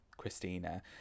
Christina